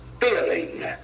feeling